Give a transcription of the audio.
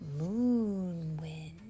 Moonwind